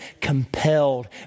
compelled